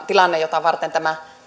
tilanne jota varten tämä